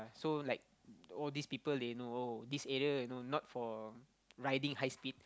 so like all this people they know oh this area you know not for riding high speed